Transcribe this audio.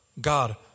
God